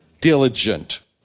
diligent